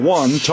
one